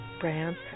brands